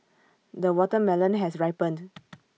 the watermelon has ripened